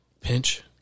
pinch